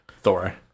Thor